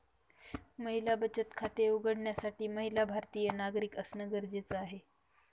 महिला बचत खाते उघडण्यासाठी महिला भारतीय नागरिक असणं गरजेच आहे